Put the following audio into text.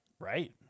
Right